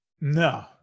No